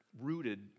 rooted